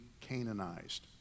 canonized